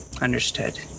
Understood